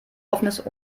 offenes